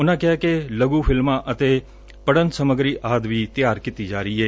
ਉਨਾਂ ਕਿਹਾ ਕਿ ਲਘੁ ਫਿਲਮਾਂ ਅਤੇ ਪੜਨ ਸਮੱਗਰੀ ਵੀ ਤਿਆਰ ਕੀਤੀ ਜਾ ਰਹੀ ਏ